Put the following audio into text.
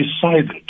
decided